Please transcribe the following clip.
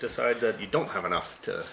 decide that you don't have enough